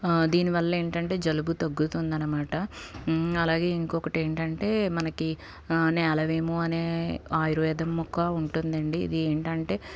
దీనివల్ల ఏంటంటే జలుబు తగ్గుతుందన్నమాట అలాగే ఇంకొకటి ఏంటంటే మనకి నేలవేము అనే ఆయుర్వేద మొక్క ఉంటుంది అండి ఇది ఏంటంటే